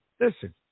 Listen